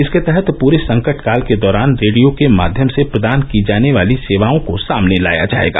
इसके तहत पूरे संकट काल के दौरान रेडियो के माध्यम से प्रदान की जाने वाली सेवाओं को सामने लाया जाएगा